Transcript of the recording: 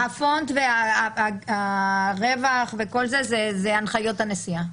נכון, הפונט, הרווח וכל זה זה הנחיות הנשיאה.